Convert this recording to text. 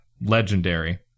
Legendary